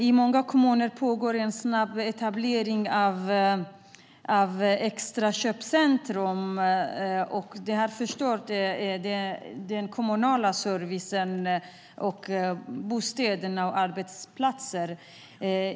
I många kommuner pågår en snabb etablering av externa köpcentrum. De har förstört den kommunala servicen för bostäder och arbetsplatser.